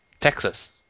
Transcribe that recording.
Texas